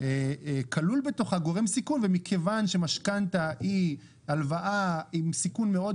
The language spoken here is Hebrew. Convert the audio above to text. כלול בתוכה גורם סיכון ומכיוון שמשכנתא היא הלוואה עם סיכון מאוד